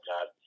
God